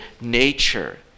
nature